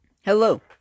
hello